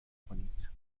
کنید